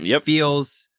feels